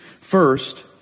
First